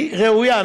היא ראויה.